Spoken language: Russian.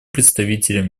представителем